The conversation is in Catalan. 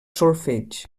solfeig